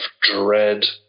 dread